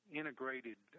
integrated